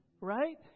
right